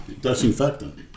disinfectant